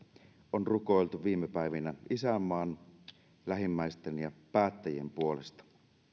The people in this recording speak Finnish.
on rukoiltu viime päivinä isänmaan lähimmäisten ja päättäjien puolesta